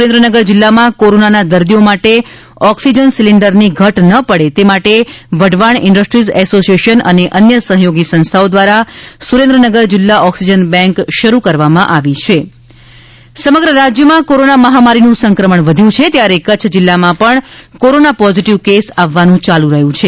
સુરેન્દ્રનગર જિલ્લામાં કોરોનાના દર્દીઓ માટે ઓક્સિજન સિલિન્ડરની ઘટ ન પડે તે માટે વઢવાણ ઇન્ડસ્ટ્રીઝ એસોસીએશન અને અન્ય સહયોગી સંસ્થાઓ દ્વારા સુરેન્દ્રનગર જિલ્લા ઓક્સિજન બેંક શરૂ કરવામાં આવેલ છે ક ચ્છ કોરોના સમગ્ર રાજ્યમાં કોરોના મહામારીનુ સંક્રમણ વધ્યું છે ત્યારે કચ્છ જિલ્લામાં પણ કોરોનાના પોઝીટીવ કેસ આવવાનું ચાલુ રહ્યું છે